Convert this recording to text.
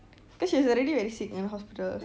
cause she was already very sick in the hospital